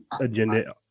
agenda